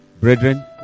Brethren